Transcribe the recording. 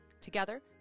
Together